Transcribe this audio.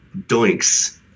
doinks